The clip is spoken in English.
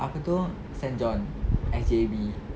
apa tu saint john S_J_A_B